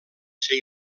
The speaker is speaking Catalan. ser